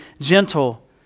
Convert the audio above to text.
gentle